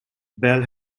bell